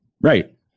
right